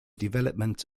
development